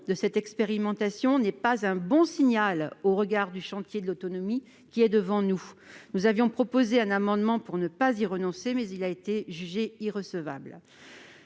de cette expérimentation n'est pas un bon signal au regard du chantier de l'autonomie qui est devant nous. Nous avions proposé un amendement pour ne pas y renoncer, mais il a été jugé irrecevable.